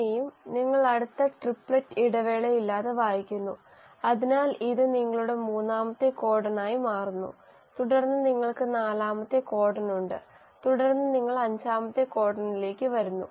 പിന്നെയും നിങ്ങൾ അടുത്ത ട്രിപ്ലറ്റ് ഇടവേളയില്ലാതെ വായിക്കുന്നു അതിനാൽ ഇത് നിങ്ങളുടെ മൂന്നാമത്തെ കോഡണായി മാറുന്നു തുടർന്ന് നിങ്ങൾക്ക് നാലാമത്തെ കോഡണുണ്ട് തുടർന്ന് നിങ്ങൾ അഞ്ചാമത്തെ കോഡണിലേക്ക് വരുന്നു